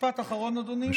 משפט אחרון, אדוני.